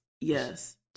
yes